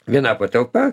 viena patalpa